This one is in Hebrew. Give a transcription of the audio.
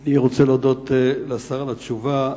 אני רוצה להודות לשר על התשובה,